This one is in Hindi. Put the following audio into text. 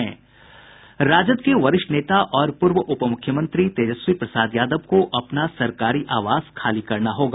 राजद के वरिष्ठ नेता और पूर्व उप मुख्यमंत्री तेजस्वी प्रसाद यादव को अपना सरकारी आवास खाली करना होगा